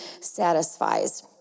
satisfies